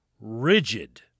rigid